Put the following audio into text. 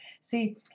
See